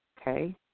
Okay